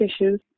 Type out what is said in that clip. issues